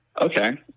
okay